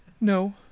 No